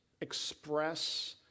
express